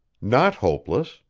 not hopeless!